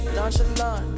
Nonchalant